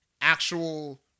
actual